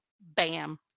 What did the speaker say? bam